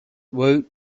woot